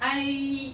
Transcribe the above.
I